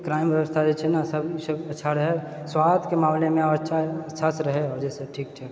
crime व्यवस्था जैछे ने सब सब अच्छा रहै स्वास्थ्यके मामलेमे अच्छासे रहे आओर जहिसँ ठीक ठीक